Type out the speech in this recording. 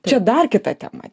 čia dar kita tema